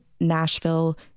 Nashville